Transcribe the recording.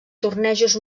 tornejos